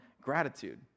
gratitude